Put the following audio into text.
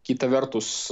kita vertus